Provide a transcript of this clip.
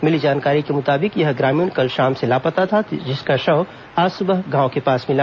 मिली जानकारी के मुताबिक यह ग्रामीण कल शाम से लापता था जिसका शव आज सुबह गांव के पास मिला